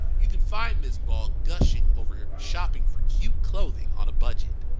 you can find ms. ball gushing over shopping for cute clothing on a budget.